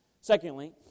Secondly